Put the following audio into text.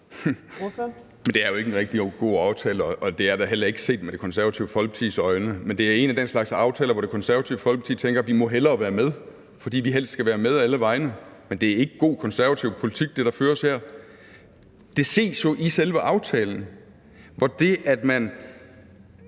Det er jo ikke en rigtig god aftale, og det er det heller ikke set med Det Konservative Folkepartis øjne, men det er en af den slags aftaler, hvor Det Konservative Folkeparti tænker: Vi må hellere være med, fordi vi helst skal være med alle vegne. Men det er ikke god konservativ politik, det, der føres her. Det ses jo i selve aftalen, hvor det, at man